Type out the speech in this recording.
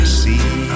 see